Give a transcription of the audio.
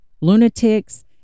lunatics